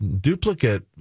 duplicate